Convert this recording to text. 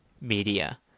media